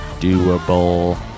doable